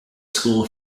school